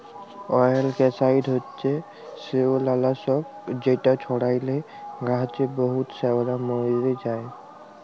অয়েলগ্যাসাইড হছে শেওলালাসক যেট ছড়াইলে গাহাচে বহুত শেওলা মইরে যায়